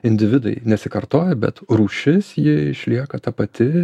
individai nesikartoja bet rūšis ji išlieka ta pati